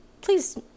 please